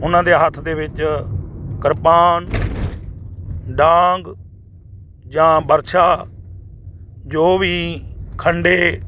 ਉਹਨਾਂ ਦੇ ਹੱਥ ਦੇ ਵਿੱਚ ਕਿਰਪਾਨ ਡਾਂਗ ਜਾਂ ਬਰਛਾ ਜੋ ਵੀ ਖੰਡੇ